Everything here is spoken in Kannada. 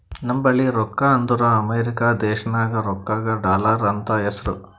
ನಂಬಲ್ಲಿ ರೊಕ್ಕಾ ಅಂದುರ್ ಅಮೆರಿಕಾ ದೇಶನಾಗ್ ರೊಕ್ಕಾಗ ಡಾಲರ್ ಅಂತ್ ಹೆಸ್ರು